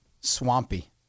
Swampy